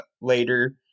later